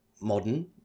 Modern